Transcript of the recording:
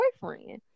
boyfriend